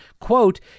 Quote